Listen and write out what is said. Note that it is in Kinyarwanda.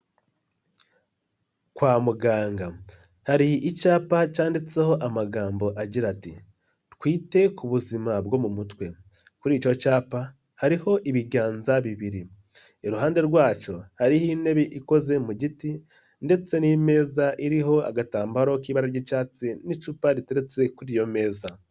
Kwa muganga hari icyapa cyanditseho amagambo agira ati twite ku buzima bwo mu mutwe, kuri icyo cyapa hariho ibiganza bibiri, iruhande rwacyo hariho intebe ikoze mu giti ndetse n'imeza iriho agatambaro k'ibara ry'icyatsi n'icupa riteretse kuri iyo meza.